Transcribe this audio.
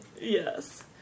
Yes